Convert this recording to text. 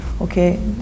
okay